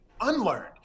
unlearned